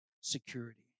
security